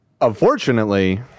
Unfortunately